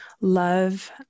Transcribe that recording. love